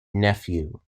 nephew